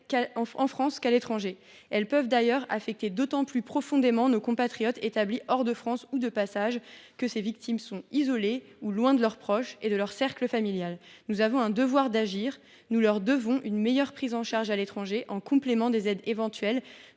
en France qu’à l’étranger. Elles peuvent affecter d’autant plus profondément nos compatriotes établis hors de France ou de passage à l’étranger, qui sont isolés ou éloignés de leurs proches et de leur cercle familial. Nous avons le devoir d’agir. Nous leur devons une meilleure prise en charge à l’étranger, en complément des aides éventuelles